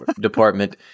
department